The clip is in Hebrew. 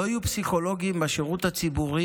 לא יהיו פסיכולוגים בשירות הציבורי